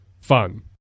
fun